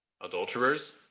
adulterers